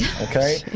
Okay